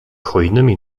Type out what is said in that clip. hojnymi